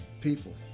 people